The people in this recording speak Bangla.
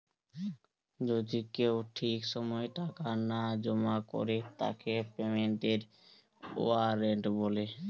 যদি কেউ ঠিক সময় টাকা না জমা করে তাকে পেমেন্টের ওয়ারেন্ট বলে